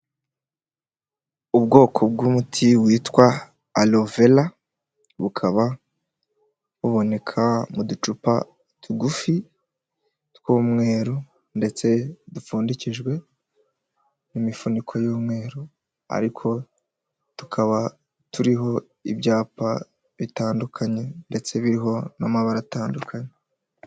Ubwoko bw'umuti witwa arovera, bukaba buboneka mu ducupa tugufi, tw'umweru, ndetse dupfundikijwe n' imifuniko y'umweru, ariko tukaba turiho ibyapa bitandukanye, ndetse biriho n'amabara atandukanye.